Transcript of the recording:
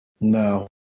No